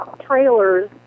trailers